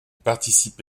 participe